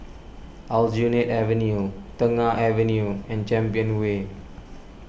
Aljunied Avenue Tengah Avenue and Champion Way